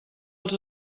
els